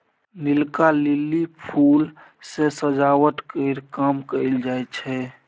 नीलका lily फुल सँ सजावट केर काम कएल जाई छै